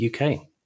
uk